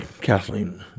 Kathleen